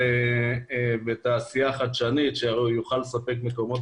בתעשייה חדשנית שתוכל לספק מקומות